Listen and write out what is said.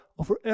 over